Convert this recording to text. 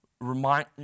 remind